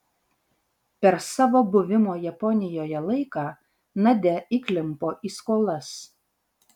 per savo buvimo japonijoje laiką nadia įklimpo į skolas